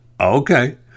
okay